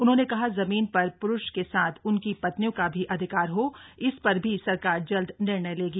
उन्होंने कहा जमीन पर प्रुष के साथ उनकी पत्नियों का भी अधिकार हो इस पर भी सरकार जल्द निर्णय लेगी